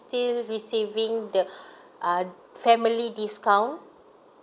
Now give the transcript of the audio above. still receiving the uh family discount